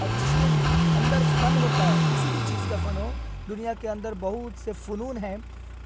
اور جس کے اندر فن ہوتا ہے کسی بھی چیز کا فن ہو دنیا کے اندر بہت سے فنون ہیں